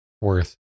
worth